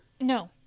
No